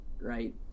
Right